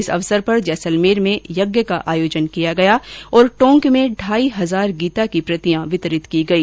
इस अवसर पर जैसलमेर में येज्ञ का आयोजन किया गया और टोंक में ढाई हजार गीता की प्रतियां वितरित की गई